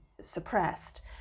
suppressed